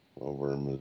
over